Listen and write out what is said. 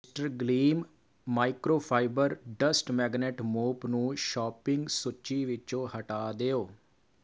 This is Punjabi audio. mister Glim microfiber dust magnet mop ਨੂੰ ਸ਼ਾਪਿੰਗ ਸੂਚੀ ਵਿੱਚੋ ਹਟਾ ਦਿਓ